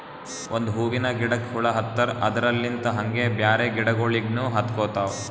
ಒಂದ್ ಹೂವಿನ ಗಿಡಕ್ ಹುಳ ಹತ್ತರ್ ಅದರಲ್ಲಿಂತ್ ಹಂಗೆ ಬ್ಯಾರೆ ಗಿಡಗೋಳಿಗ್ನು ಹತ್ಕೊತಾವ್